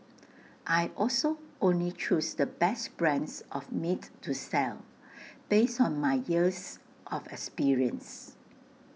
I also only choose the best brands of meat to sell based on my years of experience